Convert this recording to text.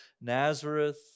Nazareth